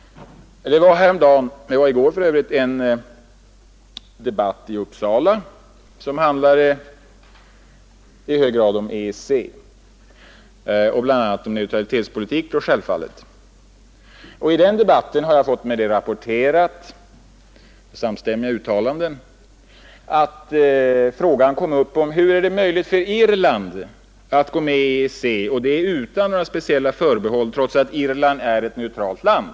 I går ägde en debatt rum i Uppsala. Den handlade i hög grad om EEC och självfallet då också om neutralitetspolitiken. Från denna debatt har jag genom samstämmiga uttalanden fått rapporterat att frågan kom upp om hur det var möjligt för Irland att gå med i EEC utan några speciella förbehåll, trots att Irland är ett neutralt land.